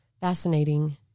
fascinating